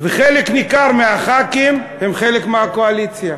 וחלק ניכר מהח"כים הם חלק מהקואליציה.